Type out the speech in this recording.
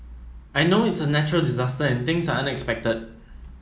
I know it's a natural disaster and things are unexpected